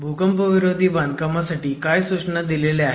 भूकंपविरोधी बांधकामासाठी काय सूचना दिलेल्या आहेत